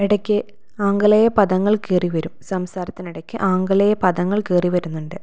ഇടയ്ക്ക് ആംഗലേയ പദങ്ങൾ കയറിവരും സംസാരത്തിനിടയ്ക്ക് ആംഗലേയ പദങ്ങൾ കയറി വരുന്നുണ്ട്